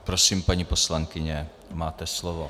Prosím, paní poslankyně, máte slovo.